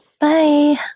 Bye